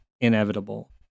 Inevitable